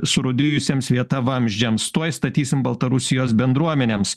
surūdijusiems vieta vamzdžiams tuoj statysim baltarusijos bendruomenėms